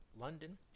London